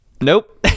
nope